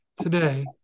today